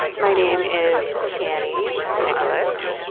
my name is charney nicholas.